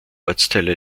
ortsteile